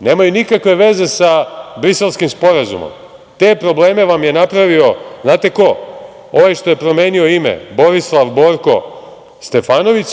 nemaju nikakve veze sa Briselskim sporazumom. Te probleme vam je napravio znate ko? Ovaj što je promenio ime, Borislav Borko Stefanović,